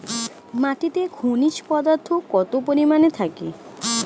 মাটিতে খনিজ পদার্থ কত পরিমাণে থাকে?